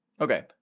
Okay